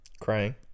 Crying